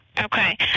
Okay